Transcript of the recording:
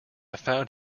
found